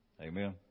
Amen